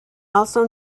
also